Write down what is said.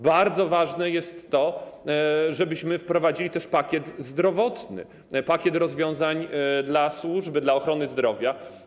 Bardzo ważne jest to, żebyśmy wprowadzili też pakiet zdrowotny, pakiet rozwiązań dla służby, dla ochrony zdrowia.